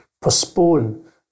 postpone